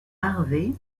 harvey